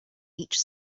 each